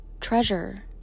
treasure